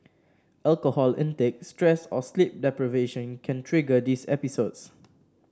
alcohol intake stress or sleep deprivation can trigger these episodes